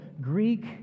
Greek